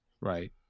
Right